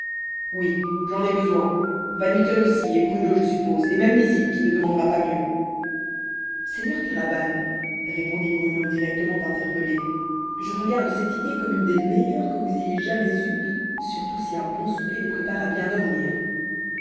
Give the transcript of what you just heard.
oui j'en ai besoin van mitten aussi et bruno je suppose et même nizib qui ne demandera pas mieux seigneur kéraban répondit bruno directement interpellé je regarde cette idée comme une des meilleures que vous ayez jamais eues surtout si un bon souper nous prépare à bien dormir